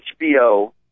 HBO